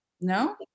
No